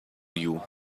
you